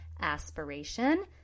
aspiration